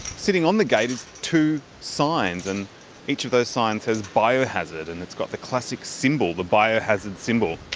sitting on the gate is two signs and each of those signs says biohazard. and it's got the classic symbol the biohazard symbol.